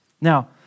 Now